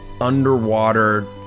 underwater